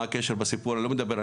מה הקשר לסיפור הזה?